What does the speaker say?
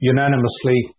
Unanimously